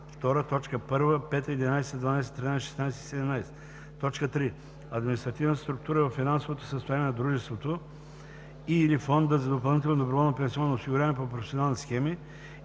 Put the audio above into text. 11, 12, 13, 16 и 17; 3. административната структура или финансовото състояние на дружеството и/или фонда за допълнително доброволно пенсионно осигуряване по професионални схеми,